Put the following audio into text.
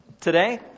today